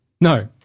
No